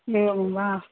एवं वा